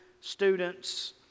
students